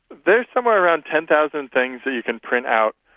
there's somewhere around ten thousand things that you can print out,